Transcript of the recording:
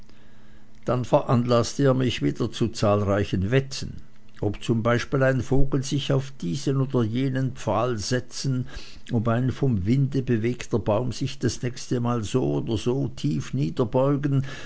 dann veranlaßte er mich wieder zu zahlreichen wetten ob zum beispiel ein vogel sich auf diesen oder jenen pfahl setzen ob ein vom winde bewegter baum sich das nächste mal so oder so tief niederbeugen